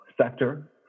sector